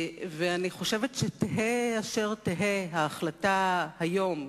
חושבת שתהא אשר תהא ההחלטה היום,